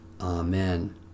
Amen